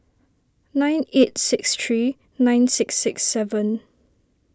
nine eight six three nine six six seven